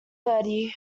bertie